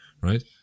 right